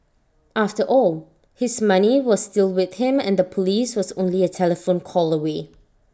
after all his money was still with him and the Police was only A telephone call away